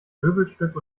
möbelstück